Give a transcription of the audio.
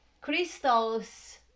crystals